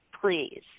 please